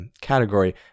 category